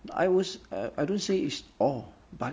I won't uh I don't say it's all but